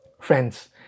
Friends